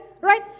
Right